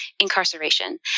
incarceration